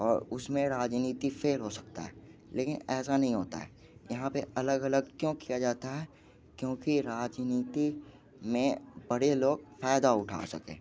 और उसमें राजनैतिक फेर हो सकता है लेकिन ऐसा नहीं होता है यहाँ पर अलग अलग क्यों किया जाता है क्योंकि राजनीति में बड़े लोग फ़ायदा उठा सकें